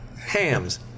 Ham's